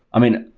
i mean,